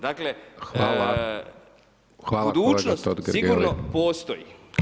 Dakle, budućnost sigurno postoji.